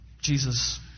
Jesus